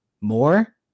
more